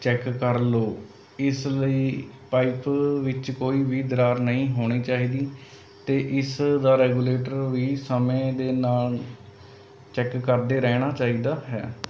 check ਕਰ ਲਓ ਇਸ ਲਈ ਪਾਈਪ ਵਿੱਚ ਕੋਈ ਵੀ ਦਰਾਰ ਨਹੀਂ ਹੋਣੀ ਚਾਹੀਦੀ ਅਤੇ ਇਸ ਦਾ ਰੈਗੂਲੇਟਰ ਵੀ ਸਮੇਂ ਦੇ ਨਾਲ਼ ਚੈੱਕ ਕਰਦੇ ਰਹਿਣਾ ਚਾਹੀਦਾ ਹੈ